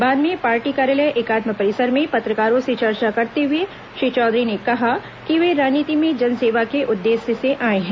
बाद में पार्टी कार्यालय एकात्म परिसर में पत्रकारों से चर्चा करते हुए श्री चौधरी ने कहा कि वे राजनीति में जन सेवा के उद्देश्य से आए हैं